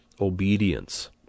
obedience